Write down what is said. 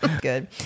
Good